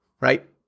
right